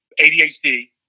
ADHD